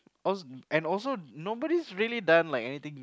I was and also nobody really done like anything